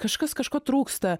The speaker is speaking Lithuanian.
kažkas kažko trūksta